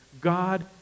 God